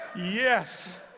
Yes